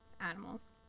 animals